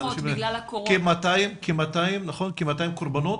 כ-200 קרבנות.